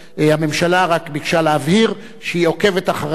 הממשלה רק ביקשה להבהיר שהיא עוקבת אחרי העניין